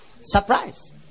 Surprise